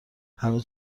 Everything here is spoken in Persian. هنوز